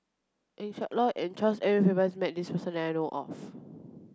Eng Siak Loy and Charles Edward Faber has met this person that I know of